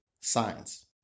science